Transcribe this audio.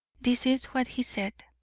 this is what he said